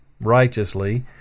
righteously